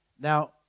Now